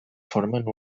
formen